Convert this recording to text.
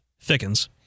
Thickens